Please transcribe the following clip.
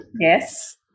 Yes